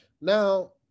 Now